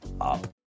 up